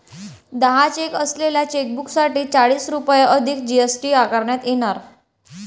दहा चेक असलेल्या चेकबुकसाठी चाळीस रुपये अधिक जी.एस.टी आकारण्यात येणार